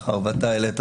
בוודאי.